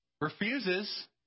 refuses